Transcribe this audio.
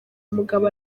umugabo